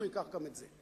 הוא ייקח גם את זה.